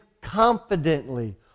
confidently